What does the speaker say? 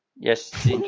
Yes